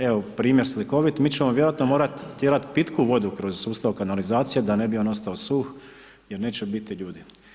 Evo, primjer slikovit mi ćemo vjerojatno morat tjerat pitku vodu kroz sustav kanalizacije da ne bi on ostao suh jer neće biti ljudi.